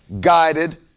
guided